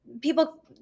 people